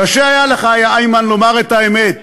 קשה היה לך, יא איימן, לומר את האמת,